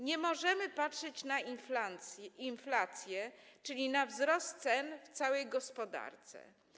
Nie możemy patrzeć na inflację, czyli na wzrost cen w całej gospodarce.